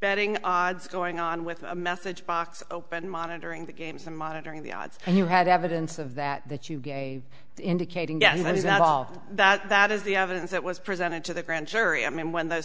betting odds going on with a message box open monitoring the games and monitoring the odds and you had evidence of that that you get a indicating that he's not all that is the evidence that was presented to the grand jury i mean when th